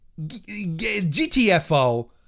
GTFO